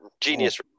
genius